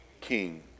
king